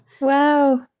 Wow